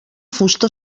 fusta